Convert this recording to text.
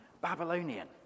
Babylonian